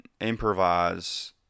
improvise